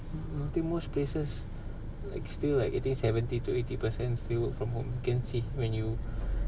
I think most places like still like eighty seventy to eighty percent still work from home can see when you